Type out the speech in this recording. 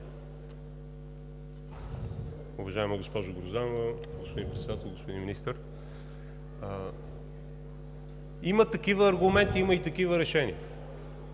Уважаема госпожо Грозданова, господин Председател, господин Министър! Има такива аргументи, има и такива решения,